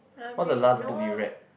what's the last book you read